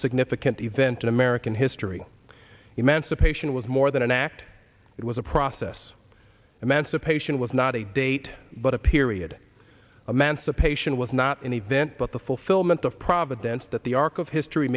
significant event in american history emancipation was more than an act it was a process emancipation was not a date but a period of mancipation was not an event but the fulfillment of providence that the arc of history